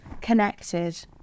connected